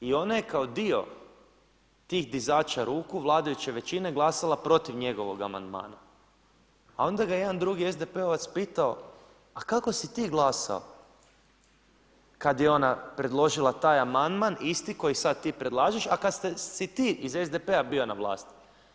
I ona je kao dio tih dizača ruku vladajuće većine glasala protiv njegovog amandmana, a onda ga jedan drugi SDP-ovac pitao, a kako si ti glasao kada je ona predložila taj amandman isti koji sada ti predlažeš a kada si ti iz SDP-a bio na vlasti.